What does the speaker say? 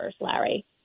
Larry